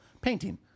painting